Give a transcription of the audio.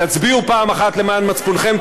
תצביעו פעם אחת למען מצפונכם.